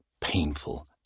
painful